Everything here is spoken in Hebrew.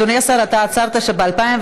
אדוני השר, אתה עצרת שב-2017,